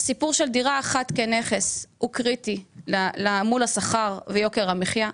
הסיפור של דירה אחת כנכס הוא קריטי מול השכר ויוקר המחייה.